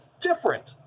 different